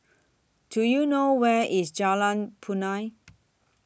Do YOU know Where IS Jalan Punai